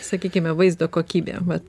sakykime vaizdo kokybė va